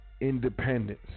independence